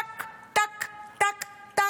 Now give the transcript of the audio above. טק טק טק,